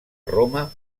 roma